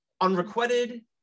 unrequited